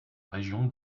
région